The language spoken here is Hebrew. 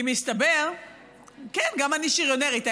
כי מסתבר, כן, גם אני שריונרית.